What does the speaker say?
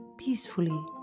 peacefully